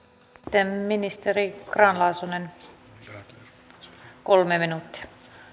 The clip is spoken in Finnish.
sitten ministeri grahn laasonen kolme minuuttia